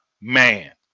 man